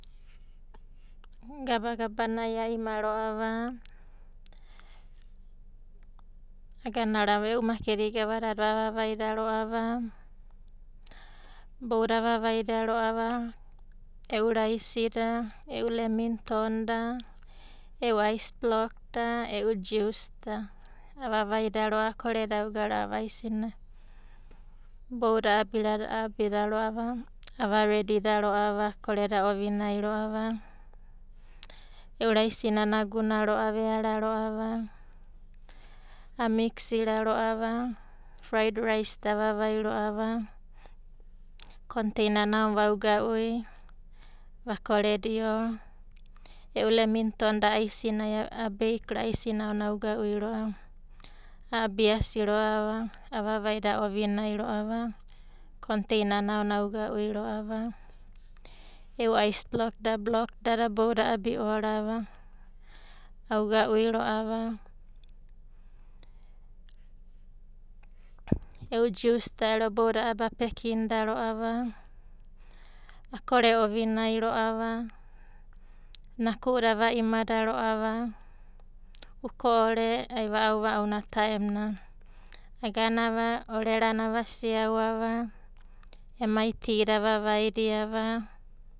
Gabagabanai a ima ro'ava agana ro'ava e'u makedi da gavadada avavaida ro'ava, boudadai avavaida ro'ava, e'u raisi da, e'u leminton da, e'u ais blok da, e'u jus da, avavida ro'ava akoredauga ro'ava aisinai. Boudadai a'abida ro'ava ava redida ro'ava, akoreda ovinai ro'ava, e'u raisina anaguna ro'ava, konteina na aonanai vauga'ui, vakoredio, e'u leminton da a beik aisinai aonanai auga'ui ro'ava. A'abiasi ro'ava, avavaida ovinai ro'ava, konteinana aonanai auga'ui ro'ava. E'u ais blok da blokdada boudadai a'abi'oa ro'ava, auga'ui ro'ava, e'u jus da ero boudada a'abi a pekinida ro'ava, akore ovinai roava, naku'uda ava imada ro'ava, uko'ore ai va'au va'auna taem nana. Aganava orerana ava siauava ema tida ava siaudava, emai gebada avavaida ro'ava.